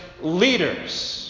leaders